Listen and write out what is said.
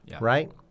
right